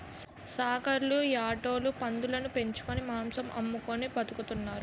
సాకల్లు యాటోలు పందులుని పెంచుకొని మాంసం అమ్ముకొని బతుకుతున్నారు